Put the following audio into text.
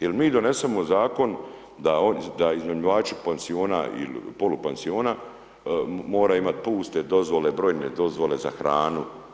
Jer mi donesemo zakon da iznajmljivači pansiona ili polupansiona moraju imati puste dozvole, brojne dozvole za hranu.